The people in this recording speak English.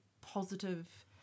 positive